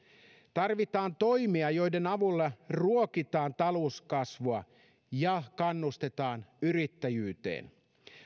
tarvitaan toimia joiden avulla ruokitaan talouskasvua ja kannustetaan yrittäjyyteen